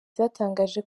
zatangaje